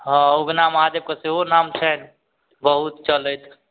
हँ उगना महादेवके सेहो नाम छनि बहुत चलैत